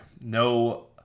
No